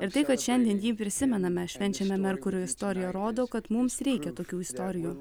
ir tai kad šiandien jį prisimename švenčiame merkurio istorija rodo kad mums reikia tokių istorijų